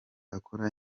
akora